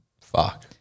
Fuck